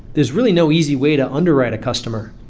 there's really no easy way to underwrite a customer,